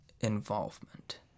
involvement